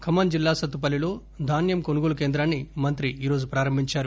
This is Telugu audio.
ఖమ్మం జిల్లా సత్తుపల్లిలో ధాన్యం కొనుగోలు కేంద్రాన్ని మంత్రి ఈ రోజు ప్రారంభించారు